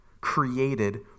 created